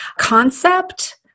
concept